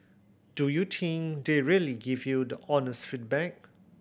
do you think they really give you the honest feedback